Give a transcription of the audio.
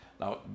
now